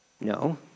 No